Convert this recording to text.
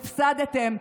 הפסדתם,